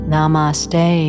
Namaste